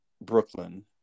Brooklyn